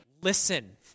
listen